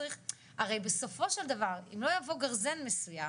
הרי בסופו של דבר אם לא יבוא גרזן מסוים